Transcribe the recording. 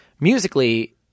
musically